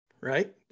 right